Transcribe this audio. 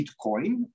Bitcoin